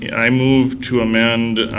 i move to amend